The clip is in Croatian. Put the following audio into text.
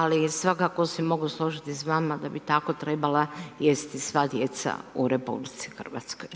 Ali svakako se mogu složiti s vama da bi tako trebala jesti sva djeca u RH.